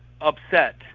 upset